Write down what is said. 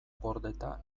gordeta